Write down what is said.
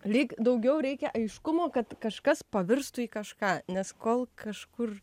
lyg daugiau reikia aiškumo kad kažkas pavirstų į kažką nes kol kažkur